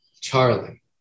Charlie